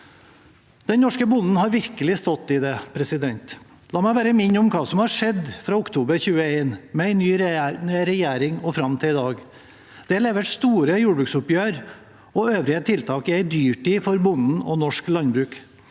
Den norske bonden har virkelig stått i det. La meg bare minne om hva som har skjedd fra oktober 2021, med en ny regjering og fram til i dag. Det er levert store jordbruksoppgjør og øvrige tiltak i en dyrtid for bonden og norsk landbruk.